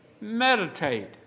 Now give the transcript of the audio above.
Meditate